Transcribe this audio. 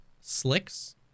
slicks